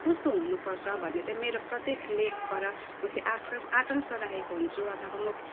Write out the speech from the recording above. कस्तो हुनु पर्छ भनेर मेरो प्रत्येक लेखबाट म त्यो आकाङ्क्षा आकाङ्क्षा राखेको हुन्छु अथवा म